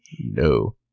no